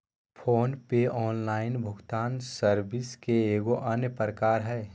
phone पे online भुगतान service के एगो अन्य प्रकार हय